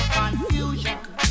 confusion